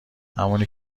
همونی